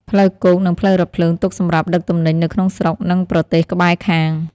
ផ្លូវគោក និងផ្លូវរថភ្លើងទុកសម្រាប់ដឹកទំនិញនៅក្នុងស្រុក និងប្រទេសក្បែរខាង។